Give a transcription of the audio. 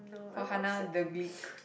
Farhana-Deglit